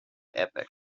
epic